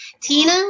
Tina